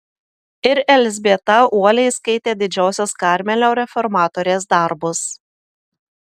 ir elzbieta uoliai skaitė didžiosios karmelio reformatorės darbus